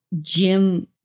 Jim